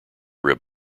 rib